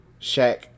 Shaq